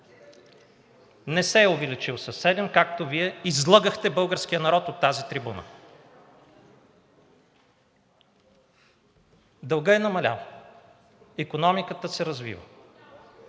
Не се е увеличил със седем, както Вие излъгахте българския народ от тази трибуна. Дългът е намалял. Икономиката се развива.